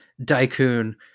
Daikun